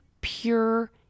pure